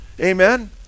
Amen